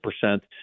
percent